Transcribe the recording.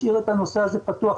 השאיר את הנושא הזה פתוח.